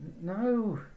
No